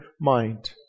mind